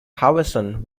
howison